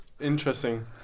Interesting